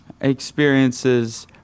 experiences